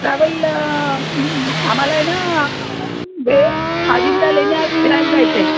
travel आम्हाला ना बे अजिंता लेण्या फिरायला जायचंय